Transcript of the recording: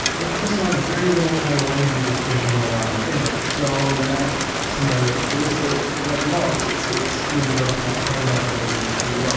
but callisto has very little tidal energy dissipation going on in it. so in that scenario, callisto is kind of like mars. it so maybe doesn't have quite enough energy to um